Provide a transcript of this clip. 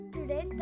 Today